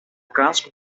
casco